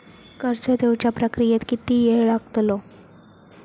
कर्ज देवच्या प्रक्रियेत किती येळ लागतलो?